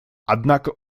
однако